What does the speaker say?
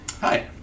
Hi